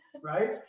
right